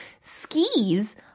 skis